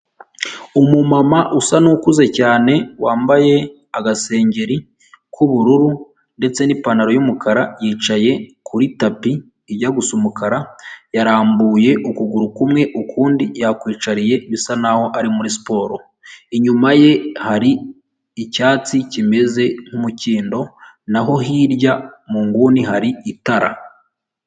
Umumama usa n'ukuze cyane wambaye agaseri k'ubururu ndetse n'ipantaro y'umukara yicaye kuri tapi ijya gusa umukara yarambuye ukuguru kumwe ukundi yakwicariye bisa naho ari muri siporo inyuma ye hari icyatsi kimeze nk'umukindo naho hirya mu nguni hari itara.